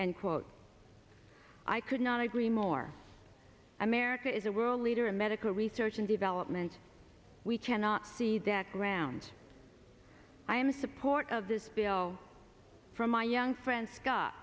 and quote i could not agree more america is a world leader in medical research and development we cannot see that grounds i am support of this bill from my young friend scott